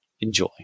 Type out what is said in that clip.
Enjoy